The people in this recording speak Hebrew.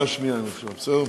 הודעה שנייה, בסדר?